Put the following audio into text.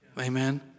Amen